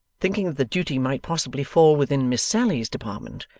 thinking that the duty might possibly fall within miss sally's department.